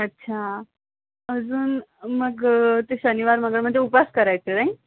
अच्छा अजून मग ते शनिवार वगैरेमध्ये उपवास करायचं नाही